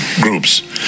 groups